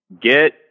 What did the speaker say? Get